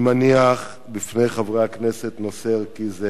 אני מניח בפני חברי הכנסת נושא ערכי זה